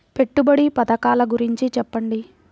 పెట్టుబడి పథకాల గురించి చెప్పండి?